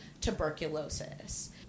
tuberculosis